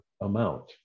amount